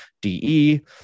DE